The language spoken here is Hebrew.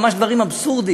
ממש דברים אבסורדיים,